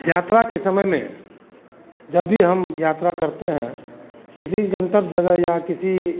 यात्रा के समय में जब भी हम यात्रा करते हैं किसी गंतव्य जगह या किसी